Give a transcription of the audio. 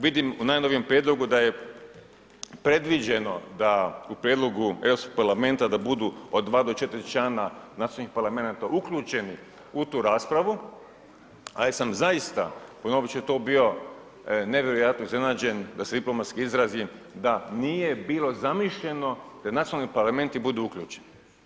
Vidim u najnovijem prijedlogu da je predviđeno da u prijedlogu Europskog parlamenta da budu od dva do četiri člana nacionalnih parlamenata uključeni u tu raspravu, ali sam zaista ponovit ću to, bio nevjerojatno iznenađen da se diplomatski izrazim, da nije bilo zamišljeno da nacionalni parlamenti budu uključeni.